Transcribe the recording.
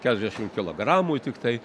keliasdešim kilogramų tiktai